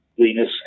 Venus